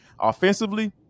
offensively